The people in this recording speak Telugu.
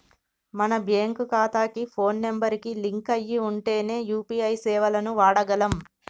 మన బ్యేంకు ఖాతాకి పోను నెంబర్ కి లింక్ అయ్యి ఉంటేనే యూ.పీ.ఐ సేవలను వాడగలం